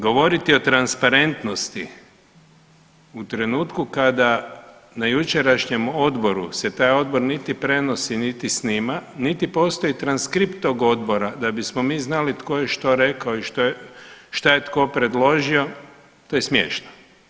Govoriti o transparentnosti u trenutku kada na jučerašnjem odboru se taj odbor niti prenosi niti snima niti postoji transkript tog odbora da bismo mi znali tko je što rekao i što je tko predložio, to je smiješno.